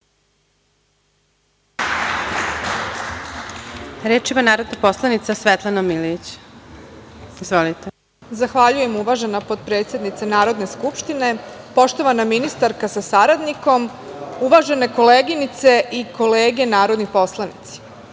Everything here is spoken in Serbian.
Reč ima narodna poslanica Svetlana Milijić. **Svetlana Milijić** Zahvaljujem, uvažena potpredsenice Narodne skupštine. Poštovana ministarka sa saradnikom, uvažene koleginice i kolege narodni poslanici,